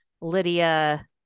Lydia